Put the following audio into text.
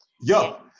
Yo